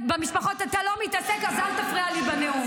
במשפחות אתה לא מתעסק, אז אל תפריע לי בנאום.